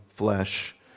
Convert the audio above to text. flesh